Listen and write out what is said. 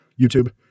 YouTube